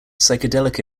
psychedelic